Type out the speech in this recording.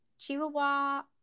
Chihuahua